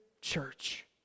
church